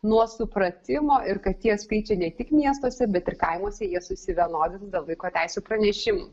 nuo supratimo ir kad tie skaičiai ne tik miestuose bet ir kaimuose jie susivienodins dėl vaiko teisių pranešimų